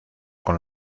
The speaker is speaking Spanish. con